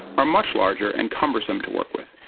are much larger and cumbersome to work with.